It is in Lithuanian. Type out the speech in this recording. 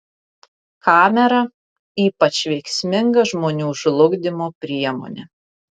kamera ypač veiksminga žmonių žlugdymo priemonė